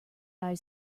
eye